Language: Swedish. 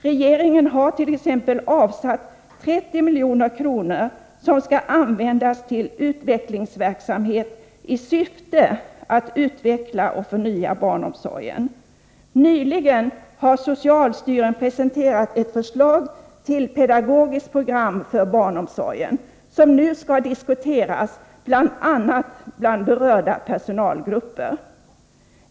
Regeringen har t.ex. avsatt 30 milj.kr. som skall användas till utvecklingsverksamhet i syfte att utveckla och förnya barnomsorgen. Nyligen har socialstyrelsen presenterat ett förslag till pedagogiskt program för barnomsorgen som nu skall diskuteras bl.a. inom berörda personalgrupper.